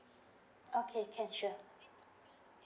okay can sure